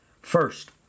First